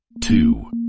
Two